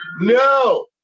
No